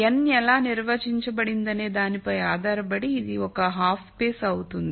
n ఎలా నిర్వచించబడిందనే దానిపై ఆధారపడి ఇది ఒక హాఫ్ స్పేస్ అవుతుంది